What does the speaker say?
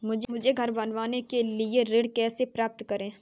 मुझे घर बनवाने के लिए ऋण कैसे प्राप्त होगा?